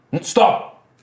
Stop